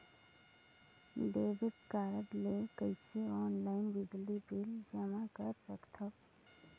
Debit card ले कइसे online बिजली बिल जमा कर सकथव?